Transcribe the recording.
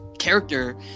character